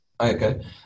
Okay